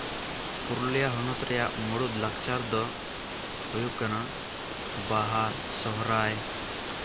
ᱯᱩᱨᱩᱞᱤᱭᱟ ᱦᱚᱱᱚᱛ ᱨᱮᱭᱟᱜ ᱢᱩᱬᱩᱫ ᱞᱟᱠᱪᱟᱨ ᱫᱚ ᱦᱳᱭᱳᱜ ᱠᱟᱱᱟ ᱵᱟᱦᱟ ᱥᱚᱦᱚᱨᱟᱭ